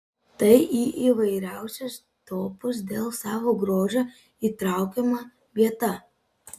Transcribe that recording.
tai į įvairiausius topus dėl savo grožio įtraukiama vieta